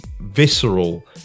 visceral